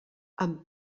amb